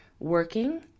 Working